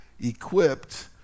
equipped